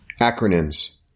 Acronyms